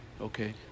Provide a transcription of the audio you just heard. Okay